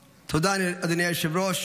תודה, אדוני היושב-ראש.